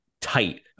tight